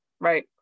right